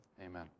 amen